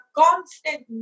constant